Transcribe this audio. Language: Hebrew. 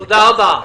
תודה רבה.